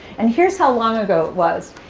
and here's how long ago it was.